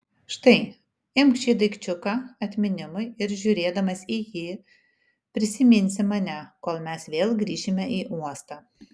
štai imk šį daikčiuką atminimui ir žiūrėdamas į jį prisiminsi mane kol mes vėl grįšime į uostą